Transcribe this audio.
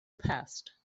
passed